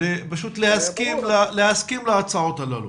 פשוט להסכים להצעות הללו.